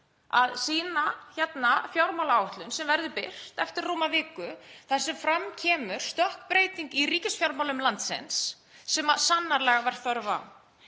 hérna fjármálaáætlun sem verður birt eftir rúma viku þar sem fram kemur stökkbreyting í ríkisfjármálum landsins sem sannarlega var þörf á.